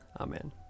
Amen